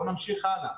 בואו נמשיך הלאה.